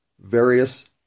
various